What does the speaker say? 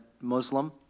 Muslim